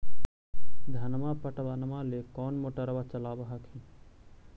धनमा पटबनमा ले कौन मोटरबा चलाबा हखिन?